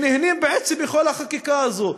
שנהנים בעצם מכל החקיקה הזאת,